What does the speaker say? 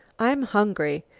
i'm hungry.